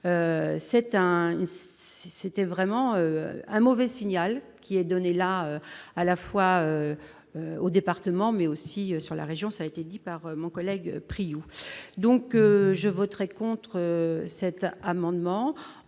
c'était vraiment un mauvais signal qui est donné là à la fois au département, mais aussi sur la région, ça a été dit par mon collègue Priou, donc je voterai contre cet amendement